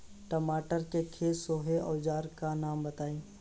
टमाटर के खेत सोहेला औजर के नाम बताई?